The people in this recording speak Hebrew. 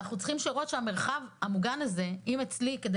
אנחנו צריכים לראות שהמרחב המוגן הזה אם אצלי בשביל